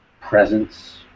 presence